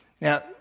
Now